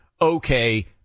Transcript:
okay